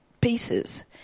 pieces